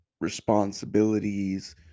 responsibilities